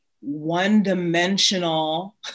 one-dimensional